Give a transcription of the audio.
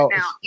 Now